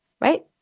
right